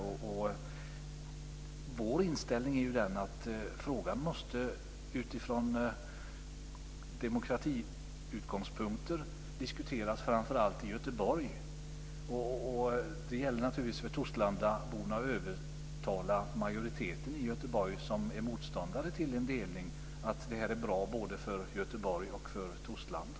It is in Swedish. Och vår inställning är att frågan utifrån demokratiutgångspunkter måste diskuteras framför allt i Göteborg. Det gäller naturligtvis för torslandaborna att övertala majoriteten i Göteborg som är motståndare till en delning att detta är bra både för Göteborg och för Torslanda.